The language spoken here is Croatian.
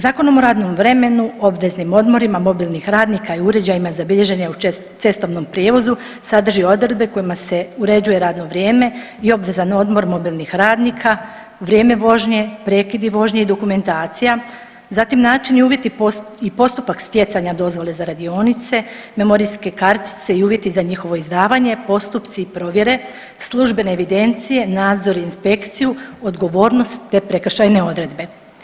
Zakonom o radnom vremenu, obveznim odmorima mobilnih radnika i uređajima za bilježenje u cestovnom prijevozu sadrži odredbe kojima se uređuje radno vrijeme i obvezan odmor mobilnih radnika, vrijeme vožnje, prekidi vožnje i dokumentacija, zatim načini i uvjeti postupak stjecanja dozvole za radionice, memorijske kartice i uvjeti za njihovo izdavanje, postupci i provjere, službene evidencije, nadzor i inspekciju, odgovornost te prekršajne odredbe.